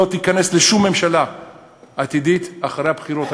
לא תיכנס לשום ממשלה עתידית אחרי הבחירות,